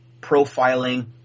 profiling